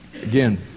again